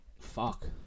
Fuck